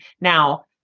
Now